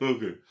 Okay